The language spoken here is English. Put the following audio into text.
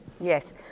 yes